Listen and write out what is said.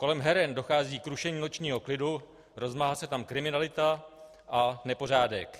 Kolem heren dochází k rušení nočního klidu, rozmáhá se tam kriminalita a nepořádek.